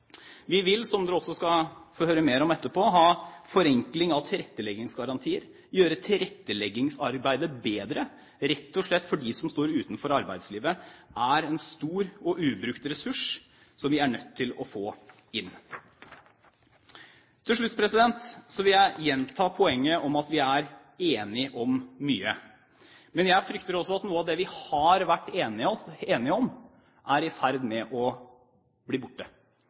Vi vil – som dere også skal få høre mer om etterpå – ha forenkling av tilretteleggingsgarantier, gjøre tilretteleggingsarbeidet bedre, rett og slett fordi de som står utenfor arbeidslivet, er en stor og ubrukt ressurs som vi er nødt til å få inn. Til slutt vil jeg gjenta det poenget at vi er enige om mye. Men jeg frykter at noe av det vi har vært enige om, er i ferd med å bli borte,